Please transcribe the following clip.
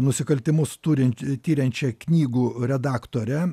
nusikaltimus turint tiriančią knygų redaktorę